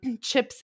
chips